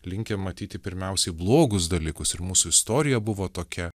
linkę matyti pirmiausiai blogus dalykus ir mūsų istorija buvo tokia